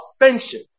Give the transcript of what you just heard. offensive